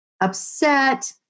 upset